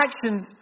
actions